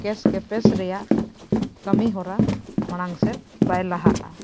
case ᱠᱮᱯᱮᱥ ᱨᱮᱭᱟᱜ ᱠᱟᱹᱢᱤᱦᱚᱨᱟ ᱢᱟᱲᱟᱝ ᱥᱮᱫ ᱵᱟᱭ ᱞᱟᱦᱟᱜᱼᱟ